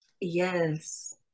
Yes